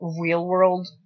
real-world